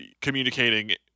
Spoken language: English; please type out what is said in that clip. communicating